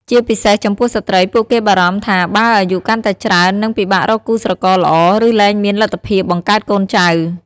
ជាពិសេសចំពោះស្ត្រី ពួកគេបារម្ភថាបើអាយុកាន់តែច្រើន នឹងពិបាករកគូស្រករល្អ ឬលែងមានលទ្ធភាពបង្កើតកូនចៅ។